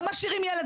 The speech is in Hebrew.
לא משאירים ילד לבד.